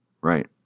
right